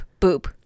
boop